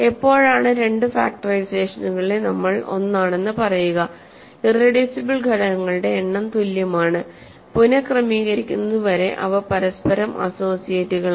എപ്പോഴാണ് രണ്ട് ഫാക്ടറൈസേഷനുകളെ നമ്മൾ ഒന്നാണെന്ന് പറയുക ഇറെഡ്യൂസിബിൾ ഘടകങ്ങളുടെ എണ്ണം തുല്യമാണ് പുനക്രമീകരിക്കുന്നതുവരെ അവ പരസ്പരം അസ്സോസിയേറ്റുകളാണ്